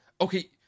okay